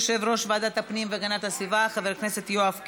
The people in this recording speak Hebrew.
יושב-ראש ועדת הפנים והגנת הסביבה חבר הכנסת יואב קיש.